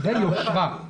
זה יושרה.